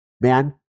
man